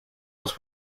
los